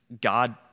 God